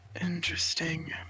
Interesting